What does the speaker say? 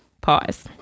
pause